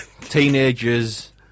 Teenagers